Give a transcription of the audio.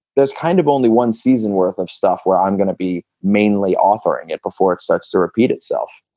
there's kind of only one season worth of stuff where i'm going to be mainly authoring it before it starts to repeat itself.